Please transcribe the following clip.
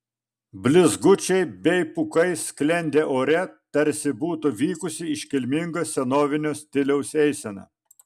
blizgučiai bei pūkai sklendė ore tarsi būtų vykusi iškilminga senovinio stiliaus eisena